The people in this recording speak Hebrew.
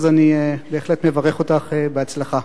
אז אני בהחלט מברך אותך בהצלחה.